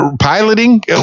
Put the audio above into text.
piloting